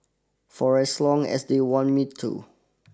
for as long as they want me to